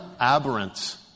aberrant